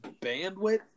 bandwidth